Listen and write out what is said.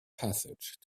passage